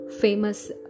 famous